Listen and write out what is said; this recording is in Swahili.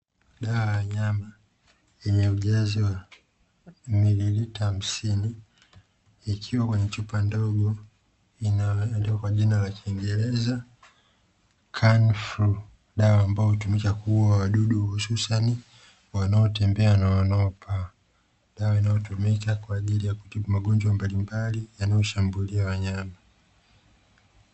Dawa ya wanyama yenye ujazo wa mililimita hamsini, ikiwa kwenye chupa ndogo yenye jina lililoandikwa kwankiingereza "kanifru" , dawa ambayo hutumika kuuwa wadudu hususa ni wanaotembea na wanaopaa, dawa inayotumika kwajili ya magonjwa mbalimbali yanayoshambulia wanyama.